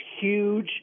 huge